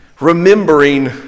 remembering